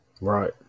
Right